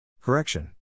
Correction